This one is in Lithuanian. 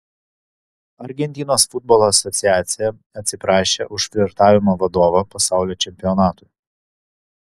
argentinos futbolo asociacija atsiprašė už flirtavimo vadovą pasaulio čempionatui